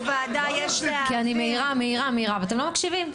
אני מעירה ומעירה ואתם לא מקשיבים.